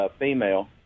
female